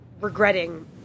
regretting